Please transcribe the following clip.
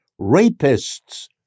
rapists